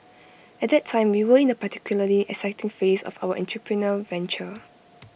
at that time we were in A particularly exciting phase of our entrepreneurial venture